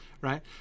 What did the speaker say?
Right